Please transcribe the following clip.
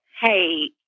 hey